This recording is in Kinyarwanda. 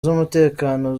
z’umutekano